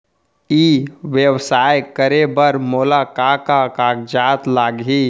ई व्यवसाय करे बर मोला का का कागजात लागही?